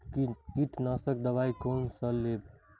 कीट नाशक दवाई कोन सा लेब?